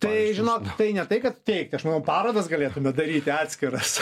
tai žinok tai ne tai kad teikt aš manau parodas galėtume daryti atskiras